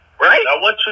Right